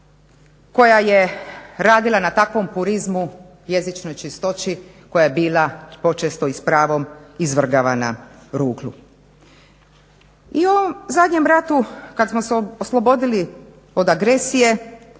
koja je radila na takvom purizmu jezičnoj čistoći koja je bila počesto i s pravom izvrgavana ruglu. I u ovom zadnjem ratu kada smo se oslobodili od agresije